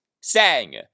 sang